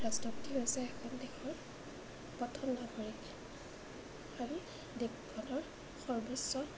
ৰাষ্ট্ৰপতি হৈছে এখন দেশৰ প্ৰথম নাগৰিক আৰু দেশখনৰ সৰ্বোচ্চ